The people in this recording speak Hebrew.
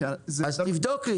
כי זה יותר מדי -- אז תבדוק לי.